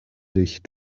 dich